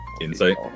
insight